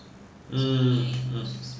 mm hmm